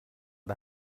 der